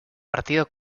partido